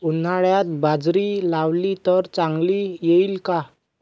उन्हाळ्यात बाजरी लावली तर चांगली येईल का?